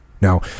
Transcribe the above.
Now